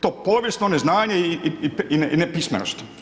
To povijesno neznanje i nepismenost.